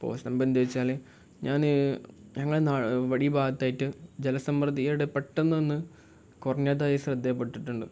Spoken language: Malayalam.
എന്താണ് വെച്ചാൽ ഞാൻ ഞങ്ങളുടെ വഴി ഭാഗത്തായിട്ട് ജലസമ്പൃദ്ധിയുടെ പെട്ടെന്ന് ഒന്ന് കുറഞ്ഞതായി ശ്രദ്ധയിൽ പെട്ടിട്ടുണ്ട്